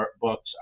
books